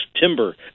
timber